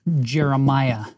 Jeremiah